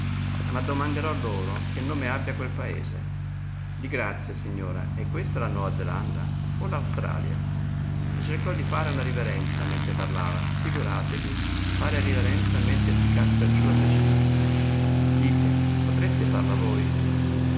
ma domanderò loro che nome abbia quel paese di grazia signora è questa la nuova zelanda o l'australia e cercò di fare una riverenza mentre parlava figuratevi far riverenza mentre si casca giù a precipizio dite potreste farla voi